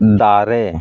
ᱫᱟᱨᱮ